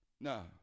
no